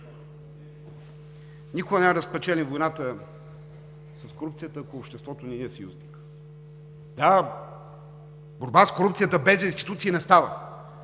Никога няма да спечелим войната с корупцията, ако обществото не ни е съюзник. Да, борба с корупцията без институции не става,